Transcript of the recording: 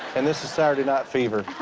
and this is saturday night fever.